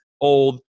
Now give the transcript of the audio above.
old